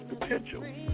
potential